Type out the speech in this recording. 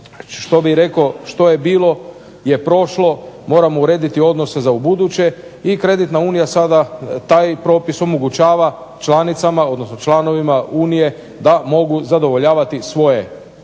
što bi rekao što je bilo prošlo je, moramo urediti odnose za ubuduće i kreditna unija sada taj propis omogućava članovima odnosno članicama unije da mogu zadovoljavati svoje